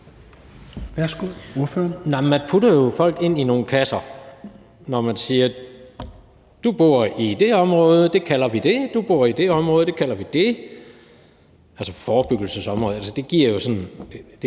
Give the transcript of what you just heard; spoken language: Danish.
(KD): Men man putter jo folk ind i nogle kasser, når man siger, at du bor i det område, og det kalder vi det, og du bor i det område, og det kalder vi det. Altså, det med forebyggelsesområdet er jeg